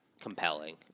compelling